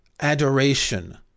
adoration